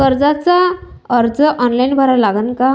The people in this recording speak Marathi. कर्जाचा अर्ज ऑनलाईन भरा लागन का?